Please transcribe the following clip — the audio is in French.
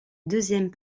deuxième